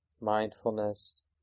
mindfulness